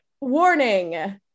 warning